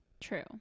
True